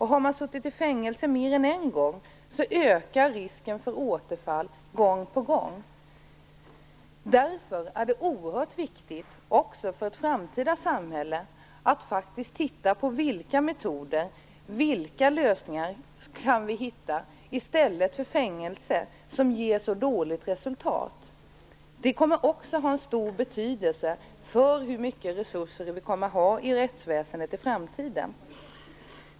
Har man suttit i fängelse mer än en gång ökar risken för återfall gång på gång. Därför är det oerhört viktigt också för det framtida samhället att titta på vilka metoder, vilka lösningar vi kan hitta i stället för fängelse som ger så dåligt resultat. Det kommet att ha stor betydelse för hur mycket resurser vi kommer att ha i rättsväsendet i framtiden.